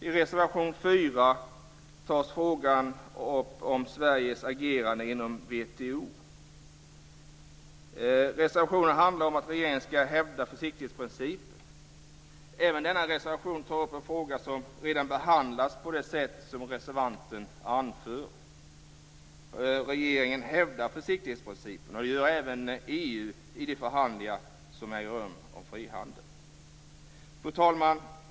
I reservation 4 tas frågan om Sveriges agerande inom WTO upp. Reservationen handlar om att regeringen ska hävda försiktighetsprincipen. Även denna reservation tar upp en fråga som redan behandlas på det sätt som reservanten anför. Regeringen hävdar försiktighetsprincipen, och det gör även EU i de förhandlingar som äger rum om frihandeln. Fru talman!